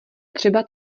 třeba